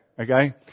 okay